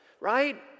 right